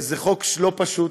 זה חוק לא פשוט,